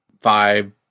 five